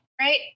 Right